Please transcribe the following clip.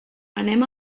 anem